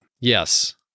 Yes